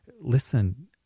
Listen